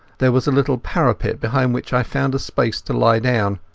there was a little parapet behind which i found space to lie down.